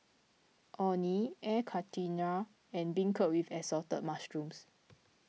Orh Nee Air Karthira and Beancurd with Assorted Mushrooms